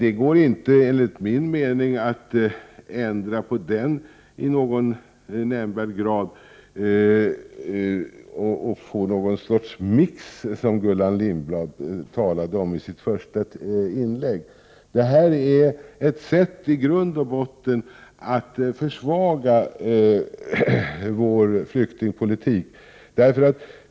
Enligt min mening går det inte att ändra på den i någon nämnvärd utsträckning och få någon blandning som Gullan Lindblad talade om i sitt första inlägg. Det är nämligen ett sätt att i grund och botten försvaga vår flyktingpolitik.